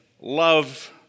love